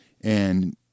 and-